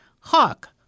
Hawk